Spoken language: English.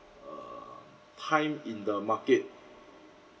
err time in the market